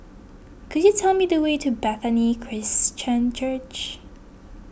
could you tell me the way to Bethany Christian Church